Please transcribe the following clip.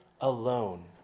alone